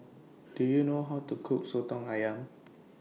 Do YOU know How to Cook Soto Ayam